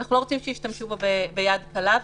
אנחנו לא רוצים שישתמשו בו ביד קלה,